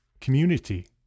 community